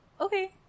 Okay